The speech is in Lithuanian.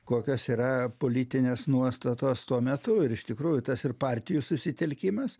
kokios yra politinės nuostatos tuo metu ir iš tikrųjų tas ir partijų susitelkimas